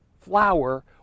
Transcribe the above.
flower